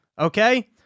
Okay